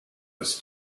was